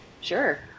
sure